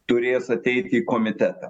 turės ateit į komitetą